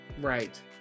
Right